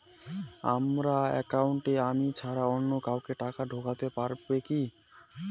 আমার একাউন্টে আমি ছাড়া অন্য কেউ টাকা ঢোকাতে পারবে কি?